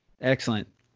Excellent